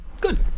good